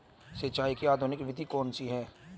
सिंचाई की आधुनिक विधि कौन सी है?